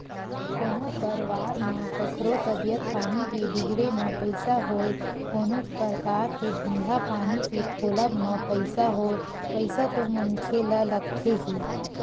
कोनो परवार म कखरो तबीयत पानी के बिगड़े म पइसा होय कोनो परकार के धंधा पानी के खोलब म पइसा होय पइसा तो मनखे ल लगथे ही